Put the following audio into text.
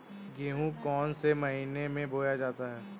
गेहूँ कौन से महीने में बोया जाता है?